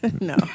No